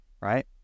right